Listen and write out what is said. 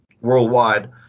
worldwide